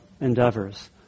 endeavors